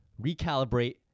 recalibrate